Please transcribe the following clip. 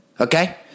Okay